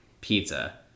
pizza